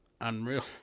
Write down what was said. unreal